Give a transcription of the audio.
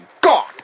God